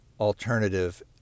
alternative